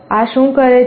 આ શું કરે છે